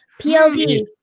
PLD